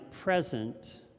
present